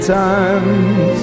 times